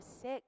sick